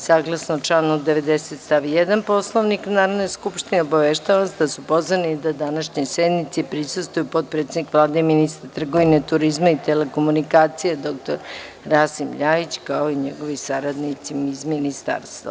Saglasno članu 90. stav 1. Poslovnika Narodne skupštine, obaveštavam vas da su pozvani da današnjoj sednici prisustvuju potpredsednik Vlade i ministar trgovine, turizma i telekomunikacije dr Rasim Ljajić, kao i njegovi saradnici iz Ministarstva.